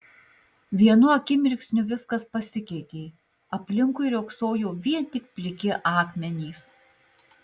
vienu akimirksniu viskas pasikeitė aplinkui riogsojo vien tik pliki akmenys